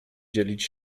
dzielić